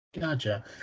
Gotcha